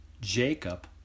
Jacob